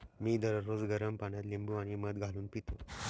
मी दररोज गरम पाण्यात लिंबू आणि मध घालून पितो